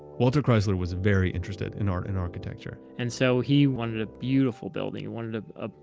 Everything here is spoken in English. walter chrysler was very interested in art and architecture and so he wanted a beautiful building wanted a ah